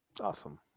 Awesome